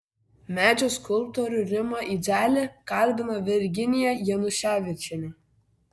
medžio skulptorių rimą idzelį kalbina virginija januševičienė